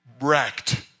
wrecked